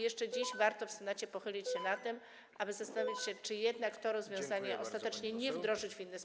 Jeszcze dziś warto w Senacie pochylić się nad tym, aby zastanowić się, czy jednak tego rozwiązania ostatecznie nie wdrożyć w inny sposób.